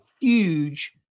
huge